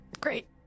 Great